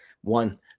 One